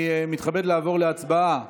אני מתכבד לעבור להצבעה